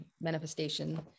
manifestation